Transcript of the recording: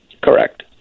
Correct